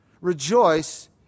rejoice